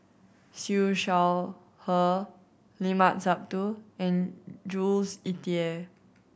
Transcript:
Siew Shaw Her Limat Sabtu and Jules Itier